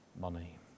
money